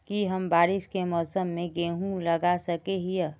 की हम बारिश के मौसम में गेंहू लगा सके हिए?